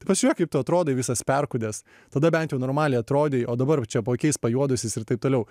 ta pažiūrėk kaip tu atrodai visas perkūdęs tada bent jau normaliai atrodei o dabar jau čia paakiais pajuodusiais ir taip toliau